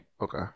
Okay